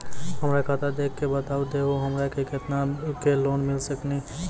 हमरा खाता देख के बता देहु हमरा के केतना के लोन मिल सकनी?